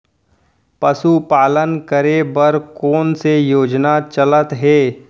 पशुपालन करे बर कोन से योजना चलत हे?